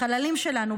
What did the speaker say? חללים שלנו,